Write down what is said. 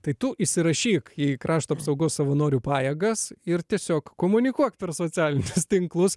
tai tu įsirašyk į krašto apsaugos savanorių pajėgas ir tiesiog komunikuok per socialinius tinklus